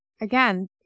again